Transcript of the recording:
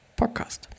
podcast